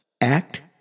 Act